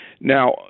Now